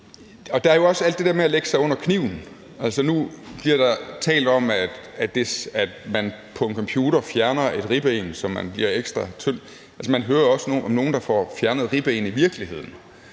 i. Der er jo også alt det der med at lægge sig under kniven. Nu bliver der talt om, at man på en computer fjerner et ribben, så man bliver ekstra tynd. Altså, man hører også om nogle, der får fjernet ribben i virkeligheden.